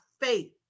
faith